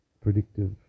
predictive